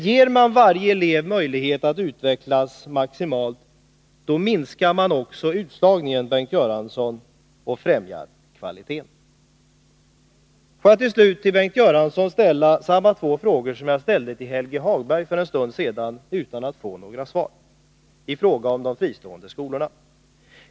Ger man varje elev möjlighet att utvecklas maximalt, minskar man också utslagningen, Bengt Göransson, och främjar kvaliteten. Får jag till slut till Bengt Göransson ställa samma två frågor som jag för en stund sedan ställde till Helge Hagberg utan att få några svar beträffande de fristående skolorna.